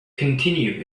continue